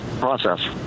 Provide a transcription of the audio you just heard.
process